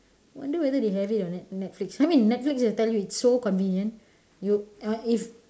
wonder whether they have it on net netflix I mean netflix I tell you it's so convenient you err if